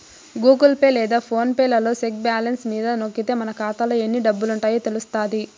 Google Pay లేదా PhonePe లలో check balance మీద నొక్కితే మన కాతాలో ఎన్ని డబ్బులుండాయో తెలస్తాది